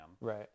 right